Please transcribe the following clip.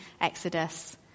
Exodus